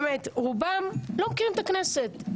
באמת רובם לא מכירים את הכנסת,